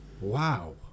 Wow